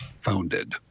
founded